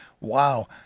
wow